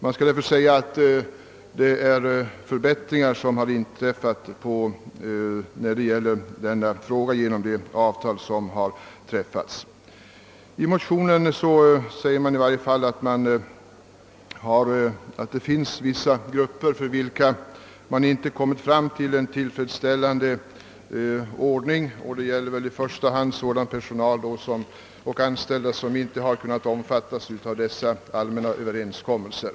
Det skall också sägas att de avtal som träffats i det fallet har inneburit förbättringar. I nämnda motionspar framhålles att man för vissa grupper inte har kommit fram till en tillfredsställande ordning. Detta gäller främst personal och anställda som inte omfattas av de träffade överenskommelserna.